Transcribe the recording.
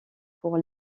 pour